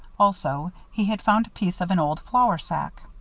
also, he had found a piece of an old flour sack.